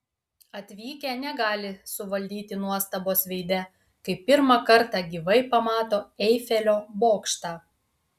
atvykę negali suvaldyti nuostabos veide kai pirmą kartą gyvai pamato eifelio bokštą